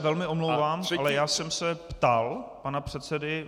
Velmi se omlouvám, ale já jsem se ptal pana předsedy.